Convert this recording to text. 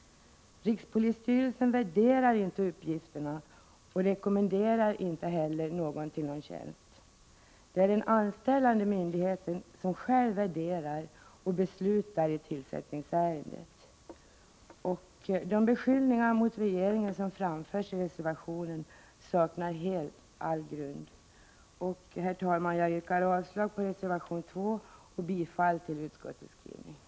Rikspolisstyrelsen värderar inte uppgifterna och rekommenderar inte heller någon till någon tjänst. Det är den anställande myndigheten som själv värderar och beslutar i tillsättningsärendet. De beskyllningar mot regeringen som framförs i reservationen saknar helt grund. Herr talman! Jag yrkar avslag på reservation 11 och bifall till utskottets skrivning.